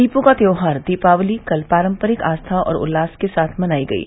दीपों का त्यौहार दीपावली कल पारंपरिक आस्था और उल्लास के साथ मनाई गयी